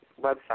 website